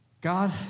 God